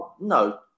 No